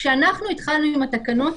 כשאנחנו התחלנו עם התקנות,